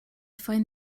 find